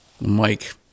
Mike